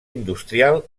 industrial